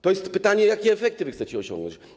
To jest pytanie o to, jakie efekty chcecie osiągnąć.